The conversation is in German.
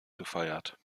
gefeiert